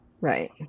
Right